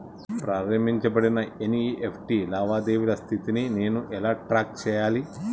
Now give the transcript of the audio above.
ప్రారంభించబడిన ఎన్.ఇ.ఎఫ్.టి లావాదేవీల స్థితిని నేను ఎలా ట్రాక్ చేయాలి?